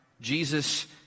Jesus